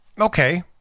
okay